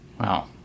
Wow